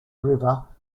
river